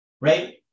right